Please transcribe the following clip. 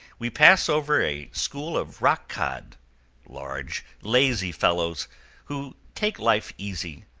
we pass over a school of rock cod large, lazy fellows who take life easy,